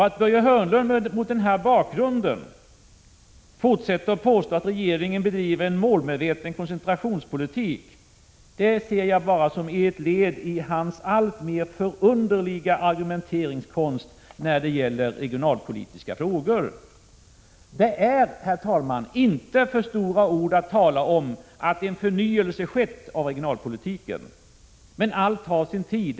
Att Börje Hörnlund mot denna bakgrund fortsätter att påstå att regeringen bedriver en målmedveten koncentrationspolitik ser jag enbart som ett led i hans alltmer förunderliga argumenteringskonst när det gäller regionalpolitiska frågor. Det är, herr talman, inte för stora ord att tala om att en förnyelse skett av regionalpolitiken. Men allt tar sin tid.